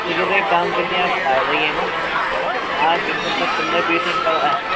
ठीक है तो एक काम कीजिये आप आ रही हैं न आज मतलब पंद्रह बीस मिनट बाद